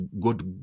God